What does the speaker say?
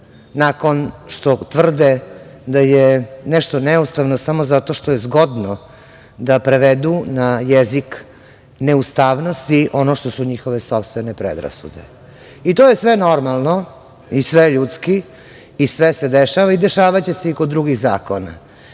nakon što tvrde da je nešto neustavno samo zato što je zgodno da prevedu na jezik neustavnosti ono što su njihove sopstvene predrasude. To je sve normalno i sve je ljudski i sve se dešava i dešavaće se i kod drugih zakona. Ono